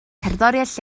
cerddoriaeth